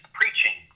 preaching